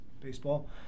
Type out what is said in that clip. baseball